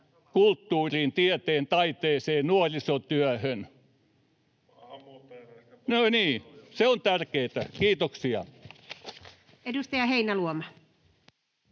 kulttuuriin, tieteeseen, taiteeseen, nuorisotyöhön — se on tärkeätä. — Kiitoksia. Edustaja Heinäluoma.